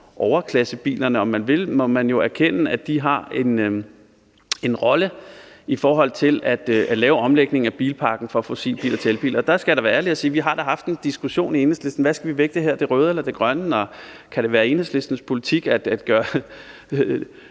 overklassebilerne om man vil, har en rolle i forhold til at lave omlægningen af bilparken fra fossilbiler til elbiler. Og der skal jeg være ærlig og sige, at vi da har haft en diskussion i Enhedslisten om, hvad vi skal vægte her, det røde eller det grønne, og om det kan være Enhedslistens politik at gøre